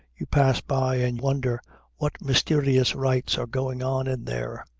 you pass by and wonder what mysterious rites are going on in there,